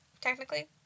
technically